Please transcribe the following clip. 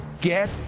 Get